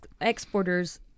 exporters